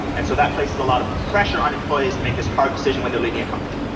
and so that places a lot of pressure on employees to make this hard decision when they're leaving a company.